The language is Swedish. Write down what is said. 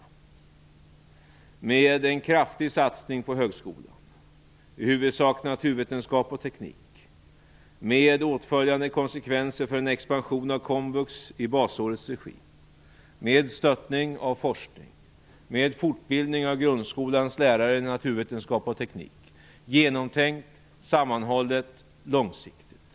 Vi vill göra en kraftig satsning på högskolan vad gäller i huvudsak naturvetenskap och teknik, med åtföljande konsekvenser för en expansion av komvux i basårets regi. Vi vill stötta forskning och satsa på fortbildning av grundskolans lärare i naturvetenskap och teknik. Det är genomtänkt, sammanhållet och långsiktigt.